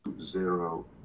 zero